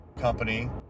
company